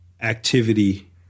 activity